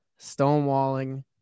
stonewalling